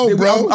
bro